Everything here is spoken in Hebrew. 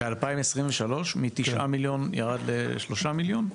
ב-2023, מ-9 מיליון ירד ל-3 מיליון?